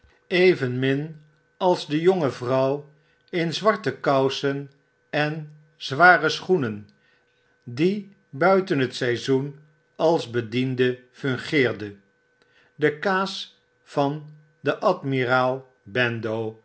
evenmin als de jonge vrouw in zwartekousen en zware schoenen die buiten het seizoen als bediende fungeerde de kaas van den admiraal